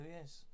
yes